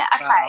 Okay